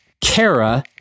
Kara